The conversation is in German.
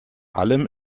allem